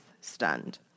stunned